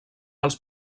els